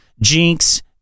jinx